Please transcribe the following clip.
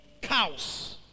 cows